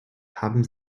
haben